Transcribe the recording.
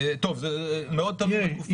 במספרים מוחלטים, זה מאוד תלוי בתקופה.